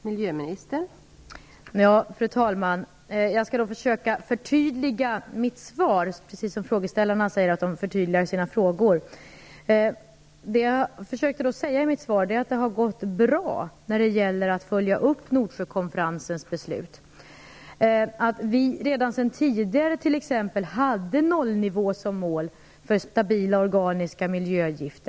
Fru talman! Jag skall försöka förtydliga mitt svar, precis som frågeställarna säger att de förtydligar sina frågor. Vad jag försökte säga i mitt svar var bl.a. följande: ? Det har gått bra när det gäller att följa upp ? Vi hade redan sedan tidigare t.ex. nollnivå som mål för stabila organiska miljögifter.